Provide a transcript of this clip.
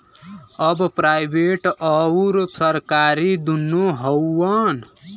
अब प्राइवेट अउर सरकारी दुन्नो हउवन